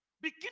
begin